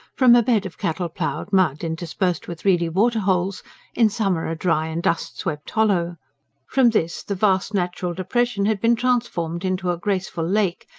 from a bed of cattle-ploughed mud interspersed with reedy water-holes in summer a dry and dust-swept hollow from this, the vast natural depression had been transformed into a graceful lake,